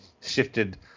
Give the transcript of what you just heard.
shifted